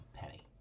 penny